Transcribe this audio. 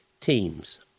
Teams